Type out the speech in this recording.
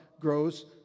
grows